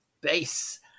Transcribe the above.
base